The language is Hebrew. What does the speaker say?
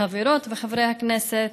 חברות וחברי הכנסת,